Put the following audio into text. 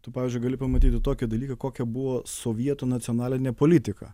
tu pavyzdžiui gali pamatyti tokį dalyką kokia buvo sovietų nacionalinė politika